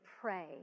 pray